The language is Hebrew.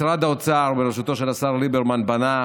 משרד האוצר, בראשותו של השר ליברמן, בנה